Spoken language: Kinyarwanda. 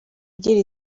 igira